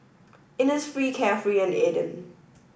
Innisfree Carefree and Aden